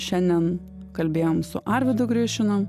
šiandien kalbėjom su arvydu grišinu